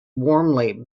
warmly